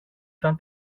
ήταν